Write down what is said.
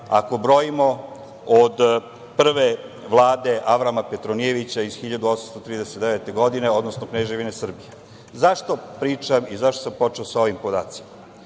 ako brojimo od prve Vlade Avrama Petronijevića iz 1839. godine, odnosno Kneževine Srbije.Zašto pričam i zašto sam počeo sa ovim podacima?